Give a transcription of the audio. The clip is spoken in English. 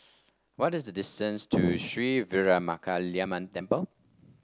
what is the distance to Sri Veeramakaliamman Temple